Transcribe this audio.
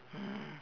mm